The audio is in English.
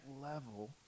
level